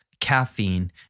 caffeine